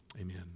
amen